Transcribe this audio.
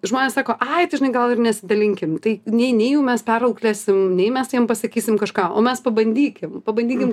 žmonės sako ai tai žinai gal ir nesidalinkim tai nei nei jų mes perauklėsim nei mes jiem pasakysim kažką o mes pabandykim pabandykim